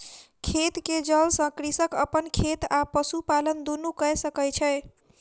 खेत के जल सॅ कृषक अपन खेत आ पशुपालन दुनू कय सकै छै